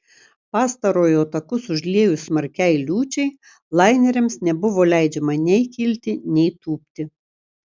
pastarojo takus užliejus smarkiai liūčiai laineriams nebuvo leidžiama nei kilti nei tūpti